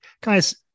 guys